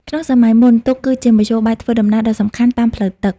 ក្នុងសម័យមុន ទូកគឺជាមធ្យោបាយធ្វើដំណើរដ៏សំខាន់តាមផ្លូវទឹក។